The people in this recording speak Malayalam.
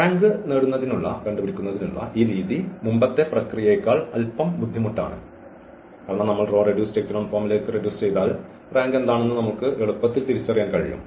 റാങ്ക് നേടുന്നതിനുള്ള ഈ രീതി മുമ്പത്തെ പ്രക്രിയയേക്കാൾ അൽപ്പം ബുദ്ധിമുട്ടാണ് നമ്മൾ റോ റെഡ്യൂസ്ഡ് എക്കലൻ ഫോമിലേക്ക് റെഡ്യൂസ് ചെയ്താൽ റാങ്ക് എന്താണെന്ന് നമുക്ക് എളുപ്പത്തിൽ തിരിച്ചറിയാൻ കഴിയും